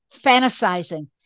fantasizing